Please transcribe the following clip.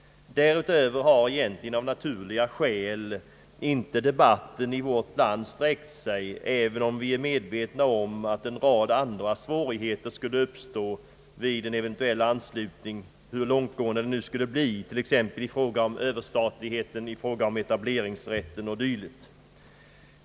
Därutöver har egentligen av naturliga skäl debatten i vårt land inte sträckt sig, även om vi är medvetna om en rad andra svårigheter som skulle uppstå vid en eventuell anslutning — hur långtgående den nu kunde bli — t.ex. i fråga om Ööverstatligheten, etableringsrätten o. d.